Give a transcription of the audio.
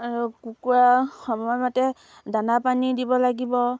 আৰু কুকুৰা সময়মতে দানা পানী দিব লাগিব